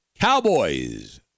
Cowboys